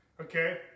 Okay